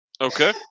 Okay